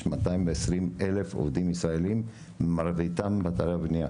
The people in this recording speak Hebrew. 224,000 עובדים ישראליים מרביתם באתרי הבנייה,